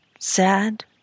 Sad